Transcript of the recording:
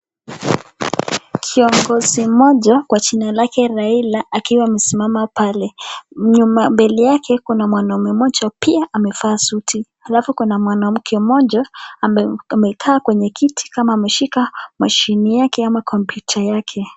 Kiongozi mmoja kwa jina lake Raila, akiwa amesimama pale. Mbele yake kuna mwanaume mmoja pia amevaa suti ,alafu kuna mwanamke mmoja amekaa kwenye kiti kama ameshika mashine yake ama kompyuta yake.